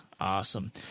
awesome